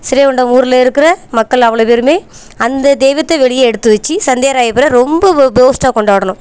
ஸ்ரீவைகுண்டம் ஊரில் இருக்கிற மக்கள் அவ்வளோ பேருமே அந்த தெய்வத்தை வெளியே எடுத்து வச்சு சந்தியாராயப்பரை ரொம்ப வ போஸ்ட்டாக கொண்டாடினோம்